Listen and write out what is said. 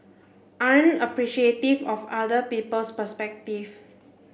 aren't appreciative of other people's perspective